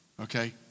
okay